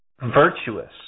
virtuous